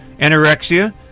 anorexia